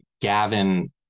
Gavin